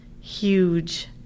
huge